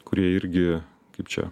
kurie irgi kaip čia